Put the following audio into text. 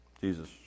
Jesus